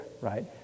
right